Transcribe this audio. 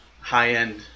high-end